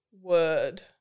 word